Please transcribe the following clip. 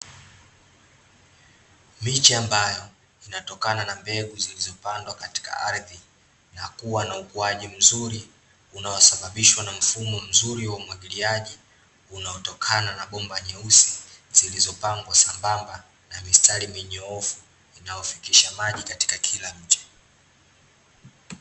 Miche ambayo, inatokana na mbegu zilizopandwa katika ardhi, na kuwa na ukuaji mzuri unaosababishwa na mfumo mzuri wa umwagiliaji, unaotokana na bomba nyeusi, zilizopangwa sambamba na mistari minyoofu, inayofikisha maji katika kila mche.